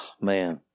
man